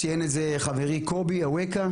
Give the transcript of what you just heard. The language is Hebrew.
ציין את זה חברי קובי אווקה,